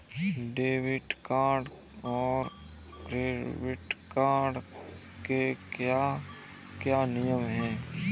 Debit card और credit card के क्या क्या नियम हैं?